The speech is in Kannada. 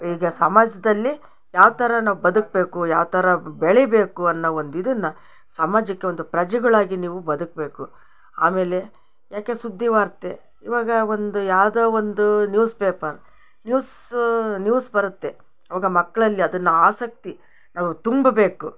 ಈಗ ಸಮಾಜದಲ್ಲಿ ಯಾವ್ಥರ ನಾವು ಬದುಕಬೇಕು ಯಾವ್ಥರ ಬೆಳಿಯಬೇಕು ಅನ್ನೋ ಒಂದು ಇದನ್ನ ಸಮಾಜಕ್ಕೆ ಒಂದು ಪ್ರಜೆಗಳಾಗಿ ನೀವು ಬದುಕಬೇಕು ಆಮೇಲೆ ಯಾಕೆ ಸುದ್ದಿ ವಾರ್ತೆೆ ಇವಾಗ ಒಂದು ಯಾವುದೋ ಒಂದು ನ್ಯೂಸ್ಪೇಪರ್ ನ್ಯೂಸ್ ನ್ಯೂಸ್ ಬರುತ್ತೆ ಅವಾಗ ಮಕ್ಕಳಲ್ಲಿ ಅದನ್ನ ಆಸಕ್ತಿ ನಾವು ತುಂಬಬೇಕು